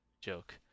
joke